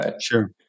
Sure